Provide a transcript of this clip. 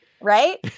Right